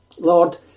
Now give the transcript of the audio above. Lord